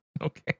Okay